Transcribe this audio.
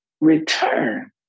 return